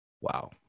Wow